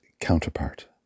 counterpart